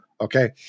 okay